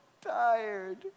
tired